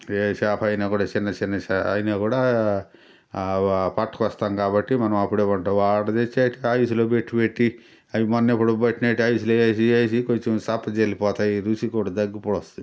ఏ చాపైనా కూడా చిన్న చిన్న చా అయినా కూడా ఆ వ పట్టుకొస్తాం కాబట్టి మనం అప్పుడే వంట ఆడు తెచ్చేటివి ఆయి ఫ్రిజ్లో పెట్టి పెట్టి అవి మొన్నెప్పుడో పట్నెేటివి ఐస్లో ఏసీ ఏసీ కొంచెం సప్పజల్లిపోతాయి రుచిగూడా తగ్గిపోస్తది